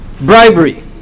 bribery